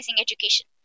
education